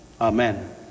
Amen